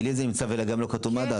הדיאליזה נמצא וגם לא כתוב מד"א,